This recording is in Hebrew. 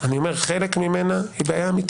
חלק ממנה היא בעיה אמיתית.